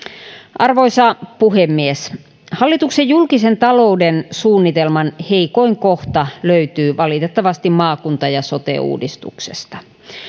arvoisa puhemies hallituksen julkisen talouden suunnitelman heikoin kohta löytyy valitettavasti maakunta ja sote uudistuksesta